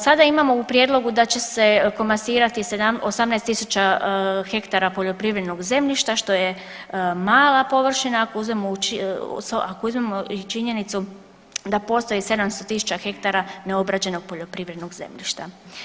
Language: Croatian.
Sada imamo u prijedlogu da će se komasirati 18000 ha poljoprivrednog zemljišta što je mala površina, ako uzmemo i činjenicu da postoji 700 000 ha neobrađenog poljoprivrednog zemljišta.